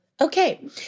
okay